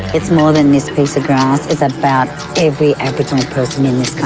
it's more than this piece of grass. it's about every aboriginal person in this